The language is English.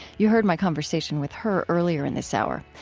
you heard my conversation with her earlier in this hour.